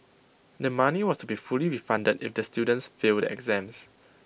the money was to be fully refunded if the students fail the exams